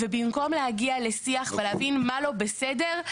ובמקום להגיע לשיח ולהבין מה לא בסדר,